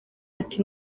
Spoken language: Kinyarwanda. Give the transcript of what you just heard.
ati